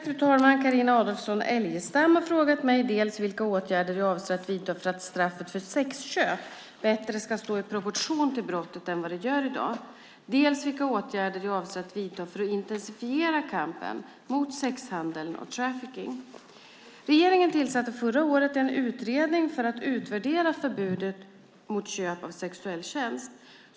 Fru talman! Carina Adolfsson Elgestam har frågat mig dels vilka åtgärder jag avser att vidta för att straffet för sexköp bättre ska stå i proportion till brottet än vad det gör i dag, dels vilka åtgärder jag avser att vidta för att intensifiera kampen mot sexhandeln och trafficking. Regeringen tillsatte förra året en utredning för att utvärdera förbudet mot köp av sexuell tjänst.